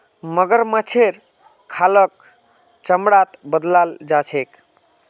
मगरमच्छेर खालक चमड़ात बदलाल जा छेक